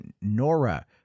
Nora